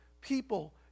people